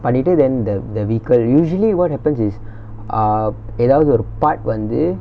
பண்ணிட்டு:pannittu than the the vehicle usually what happens is err எதாவது ஒரு:ethaavathu oru part வந்து:vanthu